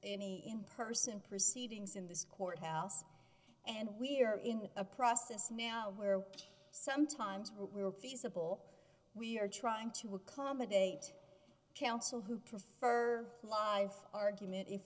any in person proceedings in this courthouse and we are in a process now where sometimes who we are feasible we are trying to accommodate counsel who prefer to live argument if